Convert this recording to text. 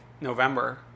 November